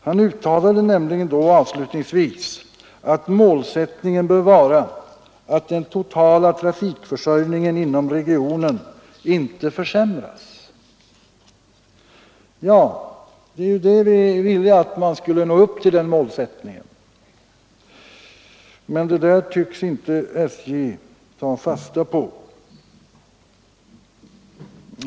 Han uttalade nämligen då avslutningsvis att målsättningen bör vara att den totala trafikförsörjningen inom regionen inte försämras. Det är just vad vi vill, nämligen att man skall nå upp till den målsättningen. Men det tycks inte SJ ta fasta på.